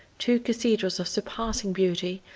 two cathedrals of surpassing beauty,